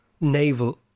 naval